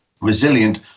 resilient